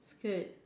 skirt